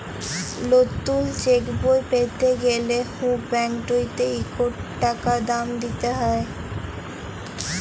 লতুল চ্যাকবই প্যাতে গ্যালে হুঁ ব্যাংকটতে ইকট টাকা দাম দিতে হ্যয়